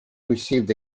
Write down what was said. received